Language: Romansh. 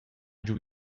giu